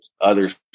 others